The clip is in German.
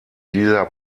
dieser